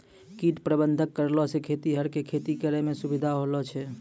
कीट प्रबंधक करलो से खेतीहर के खेती करै मे सुविधा होलो छै